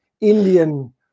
Indian